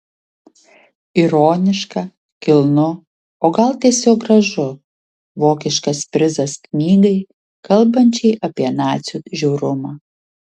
ironiška kilnu o gal tiesiog gražu vokiškas prizas knygai kalbančiai apie nacių žiaurumą